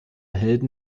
helden